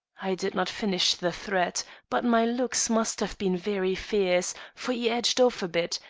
i did not finish the threat but my looks must have been very fierce, for he edged off a bit,